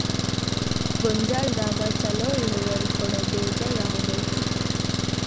ಗೊಂಜಾಳದಾಗ ಛಲೋ ಇಳುವರಿ ಕೊಡೊ ಬೇಜ ಯಾವ್ದ್ ಐತಿ?